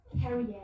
Carrie